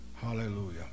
Hallelujah